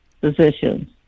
positions